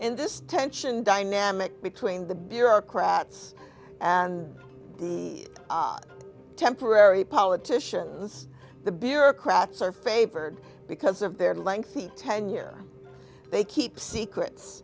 in this tension dynamic between the bureaucrats and the temporary politicians the bureaucrats are favored because of their lengthy tenure they keep secrets